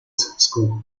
school